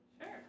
Sure